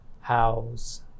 house